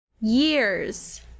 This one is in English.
years